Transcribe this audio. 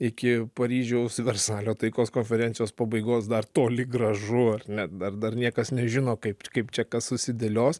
iki paryžiaus versalio taikos konferencijos pabaigos dar toli gražu ar ne dar dar niekas nežino kaip kaip čia kas susidėlios